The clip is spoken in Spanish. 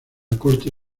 corte